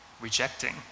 rejecting